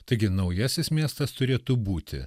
taigi naujasis miestas turėtų būti